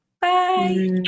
Bye